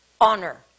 honor